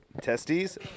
Testes